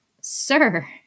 Sir